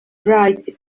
write